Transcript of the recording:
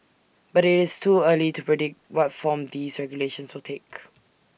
but it's too early to predict what form these regulations will take